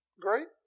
Great